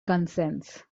consents